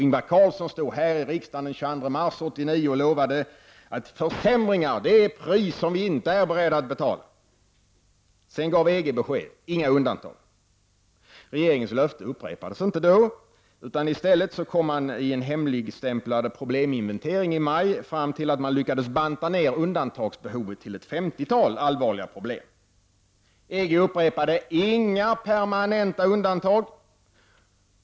Ingvar Carlsson stod här i riksdagen den 22 mars 1989 och lovade att försämringar är pris som vi inte är beredda att betala. Sedan gav EG besked: Inga undantag. Regeringens löften upprepades inte då. I stället kom man i en hemligstämplad probleminventering i maj i år fram till att man lyckats banta ned undantagsbehovet till ett femtiotal allvarliga problem. EG upprepade: Inga permanenta undantag.